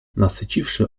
nasyciwszy